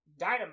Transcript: Dynamax